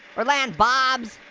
or land-bobs,